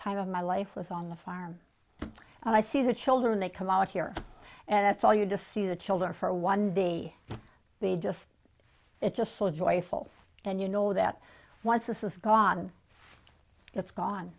time of my life was on the farm and i see the children that come out here and that's all you just see the children for one day they just it just so joyful and you know that once this is gone it's gone